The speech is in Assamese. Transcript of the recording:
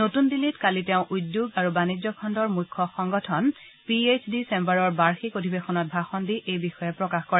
নতুন দিল্লীত কালি তেওঁ উদ্যোগ আৰু বাণিজ্য খণ্ডৰ মুখ্য সংগঠন পি এইচ ডি চেম্বাৰৰ বাৰ্ষিক অধিৱেশনত ভাষণ দি এই বিষয়ে প্ৰকাশ কৰে